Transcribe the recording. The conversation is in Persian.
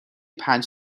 پنج